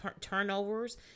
turnovers